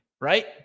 right